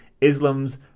Islam's